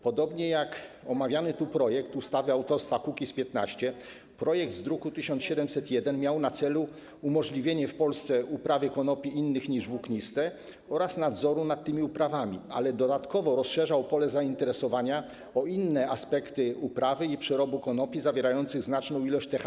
Podobnie jak omawiany tu projekt ustawy autorstwa Kukiz’15 projekt z druku nr 1701 miał na celu umożliwienie w Polsce uprawy konopi innych niż włókniste oraz nadzoru nad tymi uprawami, ale dodatkowo rozszerzał pole zainteresowania o inne aspekty uprawy i przerobu konopi zawierających znaczną ilość THC.